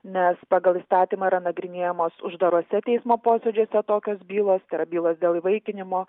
nes pagal įstatymą yra nagrinėjamos uždaruose teismo posėdžiuose tokios bylos tai yra bylos dėl įvaikinimo